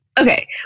okay